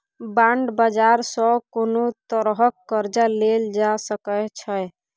bond बाजार सँ कोनो तरहक कर्जा लेल जा सकै छै